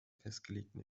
festgelegten